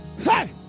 Hey